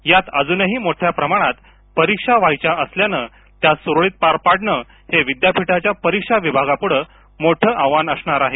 यात अजूनही मोठ्या प्रमाणात परीक्षा व्हायच्या असल्याने त्या सुरुळीत पार पाडणे हे विद्यापीठाच्या परीक्षा विभागापुढे मोठे आव्हान असणार आहे